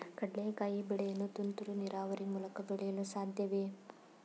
ಕಡ್ಲೆಕಾಯಿ ಬೆಳೆಯನ್ನು ತುಂತುರು ನೀರಾವರಿ ಮೂಲಕ ಬೆಳೆಯಲು ಸಾಧ್ಯವೇ?